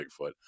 bigfoot